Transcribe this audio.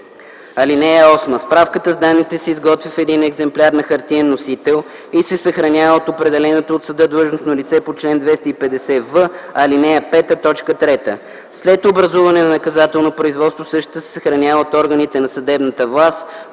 ал. 1. (8) Справката с данните се изготвя в един екземпляр на хартиен носител и се съхранява от определеното от съда длъжностно лице по чл. 250в, ал. 5, т. 3. След образуване на наказателно производство същата се съхранява от органите на съдебната власт